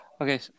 okay